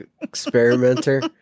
Experimenter